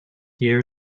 year